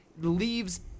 leaves